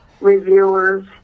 reviewers